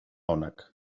onak